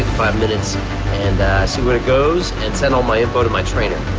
five minutes and see where it goes and send all my info to my trainer.